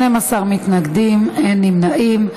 12 מתנגדים, אין נמנעים.